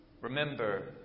Remember